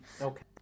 Okay